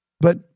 But-